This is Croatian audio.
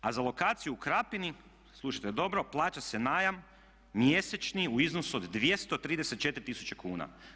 A za lokaciju u Krapini, slušajte dobro, plaća se najam mjesečni u iznosu od 234 tisuće kuna.